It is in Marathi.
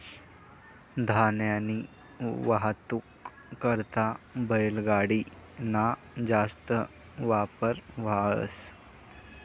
धान्यनी वाहतूक करता बैलगाडी ना जास्त वापर व्हस